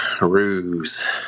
ruse